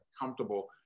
comfortable